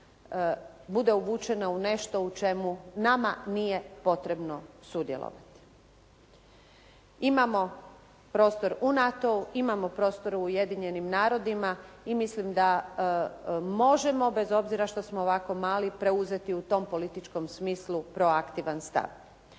bude uvučena u nešto u čemu nama nije potrebno sudjelovati. Imamo prostor u NATO-u, imamo prostor u Ujedinjenim narodima i mislim da možemo bez obzira što smo ovako mali preuzeti u tom političkom smislu proaktivan stav.